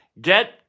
Get